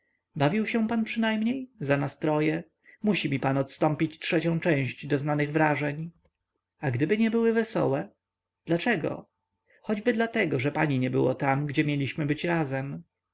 bawił się pan przynajmniej za nas troje musi mi pan odstąpić trzecią część doznanych wrażeń a gdyby nie były wesołe dlaczego choćby dlatego że pani nie było tam gdzie mieliśmy być razem